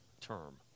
term